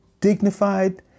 dignified